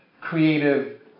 creative